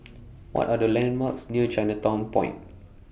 What Are The landmarks near Chinatown Point